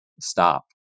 stop